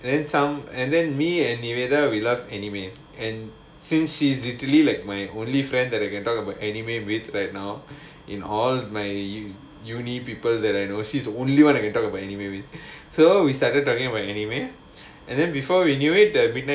then some and then me and nevada we love anime and since she's literally like my only friend that you can talk about anime with right now in all my university people that I know she's the only one I can talk about anime with so we started talking about anime and then before we knew it then